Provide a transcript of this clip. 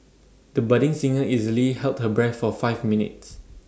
the budding singer easily held her breath for five minutes